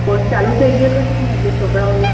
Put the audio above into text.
course ચાલુ થઈ ગયો છે એટલે છોકરાઓને